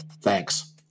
Thanks